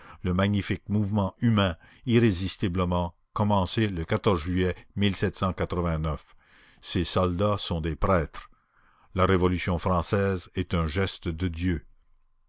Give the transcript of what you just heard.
le magnifique mouvement humain irrésistiblement commencé le juillet ces soldats sont des prêtres la révolution française est un geste de dieu